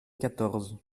quatorze